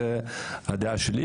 זאת דעתי.